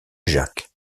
jacques